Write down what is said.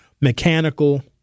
Mechanical